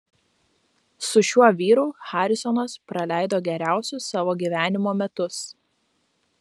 su šiuo vyru harisonas praleido geriausius savo gyvenimo metus